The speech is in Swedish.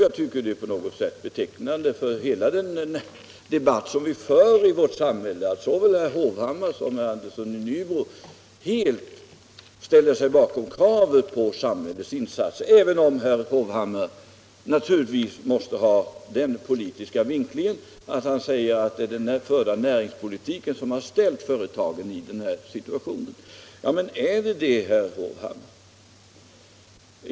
Jag tycker att det på något sätt är betecknande för hela debatten i vårt samhälle att såväl herr Hovhammar som herr Andersson i Nybro helt ställer sig bakom kravet på samhällets insatser, även om herr Hovhammar naturligtvis måste ha den politiska vinklingen att han säger att det är den förda näringspolitiken som ställt företagen i den här situationen. Är det så, herr Hovhammar?